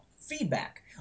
feedback